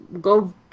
go